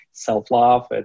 self-love